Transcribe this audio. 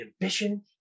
ambition